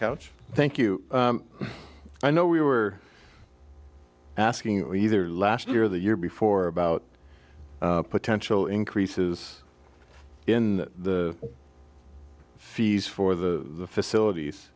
couch thank you i know we were asking either last year the year before about potential increases in the fees for the facilities